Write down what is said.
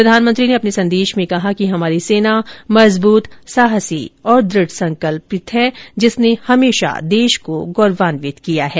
प्रधानमंत्री ने अपने संदेश में कहा कि हमारी सेना मजबूत साहसी और दृढ़संकल्प है जिसने हमेशा देश को गौरवान्वित किया है